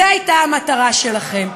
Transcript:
זאת הייתה המטרה שלכם.